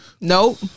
Nope